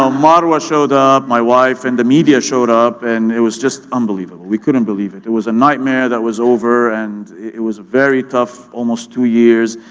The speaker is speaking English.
ah marwa showed up, my wife, and the media showed up, and it was just unbelievable. we couldn't believe it. it was a nightmare that was over, and it was a very tough almost two years,